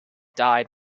died